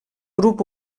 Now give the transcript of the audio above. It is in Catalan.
grup